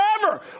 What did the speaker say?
forever